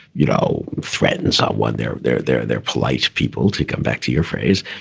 you know, threatens not what they're they're they're they're polite people to come back, to your phrase.